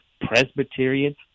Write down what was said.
Presbyterian